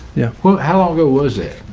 yeah. well, how long ago was it?